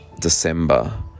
december